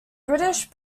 british